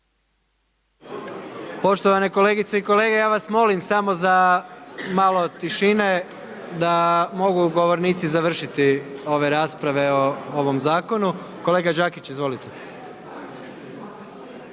Poštovane kolegice i kolege, ja vas molim samo za malo tišine, da mogu govornici završiti ove rasprave o ovom zakonu. Kolega Đakić, izvolite.